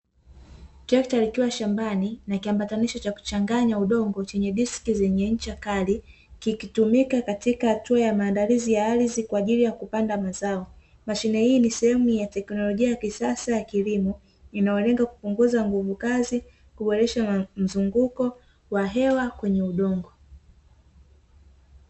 Trekta likiwa shambani, na kiambatanisho cha kuchanganya udongo chenye diski zenye ncha kali, kikitumika katika hatua ya maandalizi ya ardhi, kwa ajili ya kupanda mazao. Mashine hii ni sehemu ya teknolojia ya kisasa ya kilimo, inayolenga kupunguza nguvu kazi, kuboresha mzunguko wa hewa kwenye udongo.